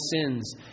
sins